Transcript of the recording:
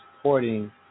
supporting